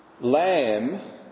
lamb